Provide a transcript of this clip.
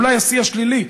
אולי השיא השלילי,